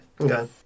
okay